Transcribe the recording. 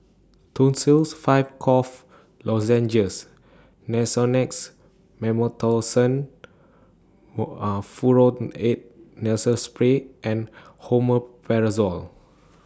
Tussils five Cough Lozenges Nasonex Mometasone Furoate Nasal Spray and Omeprazole